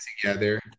together